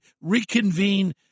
reconvene